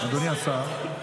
אדוני השר,